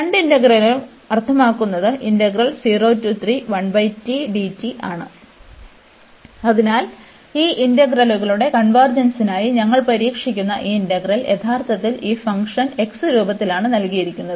രണ്ട് ഇന്റഗ്രലുകളും അർത്ഥമാക്കുന്നത് ആണ് അതിനാൽ ഈ ഇന്റഗ്രലുകളുടെ കൺവെർജെൻസിനായി ഞങ്ങൾ പരീക്ഷിക്കുന്ന ഈ ഇന്റഗ്രൽ യഥാർത്ഥത്തിൽ ഈ ഫംഗ്ഷൻ x രൂപത്തിലാണ് നൽകിയിരിക്കുന്നത്